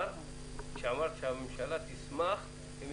כשאמרת שהממשלה תשמח חשבתי שאת עומדת להגיד,